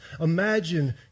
Imagine